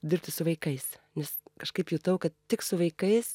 dirbti su vaikais nes kažkaip jutau kad tik su vaikais